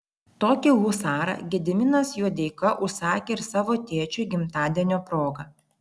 tokį husarą gediminas juodeika užsakė ir savo tėčiui gimtadienio proga